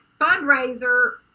fundraiser